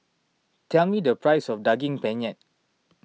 tell me the price of Daging Penyet